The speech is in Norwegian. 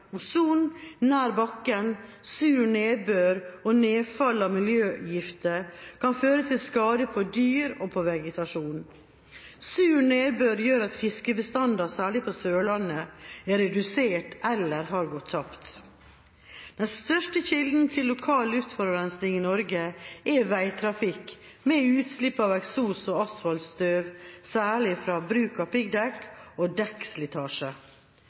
Ozon nær bakken, sur nedbør og nedfall av miljøgifter kan føre til skader på dyr og på vegetasjon. Sur nedbør gjør at fiskebestander, særlig på Sørlandet, er reduserte eller har gått tapt. Den største kilden til lokal luftforurensning i Norge er veitrafikk med utslipp av eksos, asfaltstøv, særlig fra bruk av piggdekk, og dekkslitasje.